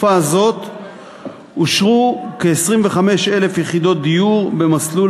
בתקופה הזאת אושרו כ-25,000 יחידות דיור במסלול